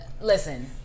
listen